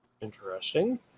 Interesting